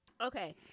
Okay